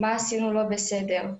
מה עשינו לא בסדר?